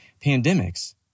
pandemics